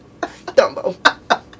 Dumbo